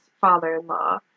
father-in-law